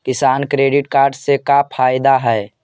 किसान credit card से का फायदा है?